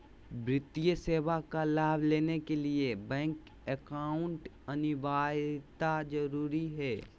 वित्तीय सेवा का लाभ लेने के लिए बैंक अकाउंट अनिवार्यता जरूरी है?